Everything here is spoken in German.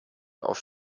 auf